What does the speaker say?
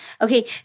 Okay